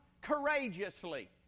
courageously